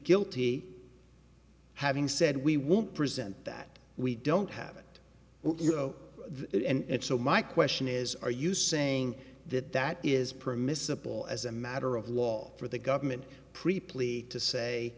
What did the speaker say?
guilty having said we won't present that we don't have it you know and so my question is are you saying that that is permissible as a matter of law for the government preplan to say